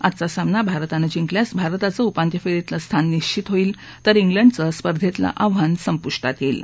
आजचा सामना भारतानं जिंकल्यास भारताचं उपांत्य फेरीतलं स्थान निश्वित होईल तर क्विंडचं स्पर्धेतलं आव्हान संपुष्टात येईल